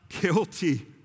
guilty